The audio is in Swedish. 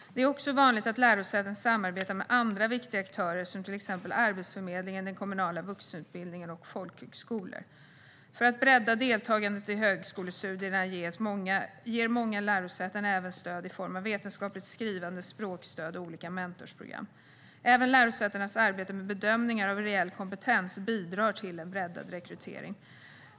Det är också vanligt att lärosäten samarbetar med andra viktiga aktörer, till exempel Arbetsförmedlingen, den kommunala vuxenutbildningen och folkhögskolor. För att bredda deltagandet i högskolestudierna ger många lärosäten även stöd i form av vetenskapligt skrivande, språkstöd och olika mentorsprogram. Även lärosätenas arbete med bedömningar av reell kompetens bidrar till breddad rekrytering.